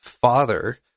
father